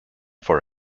for